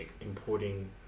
importing